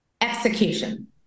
Execution